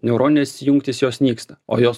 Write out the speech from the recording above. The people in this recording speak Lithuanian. neuroninės jungtys jos nyksta o jos